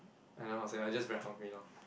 I don't know how to say I just very hungry now